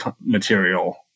material